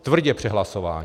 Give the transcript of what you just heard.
Tvrdě přehlasováni.